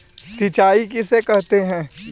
सिंचाई किसे कहते हैं?